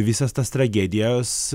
visas tas tragedijas